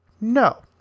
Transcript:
No